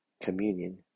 communion